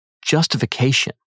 justification